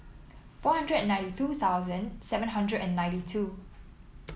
four hundred and ninety two thousand seven hundred and ninety two